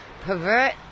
Pervert